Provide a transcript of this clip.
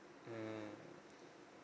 mmhmm